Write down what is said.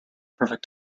perfect